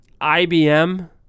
IBM